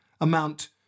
amount